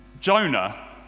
Jonah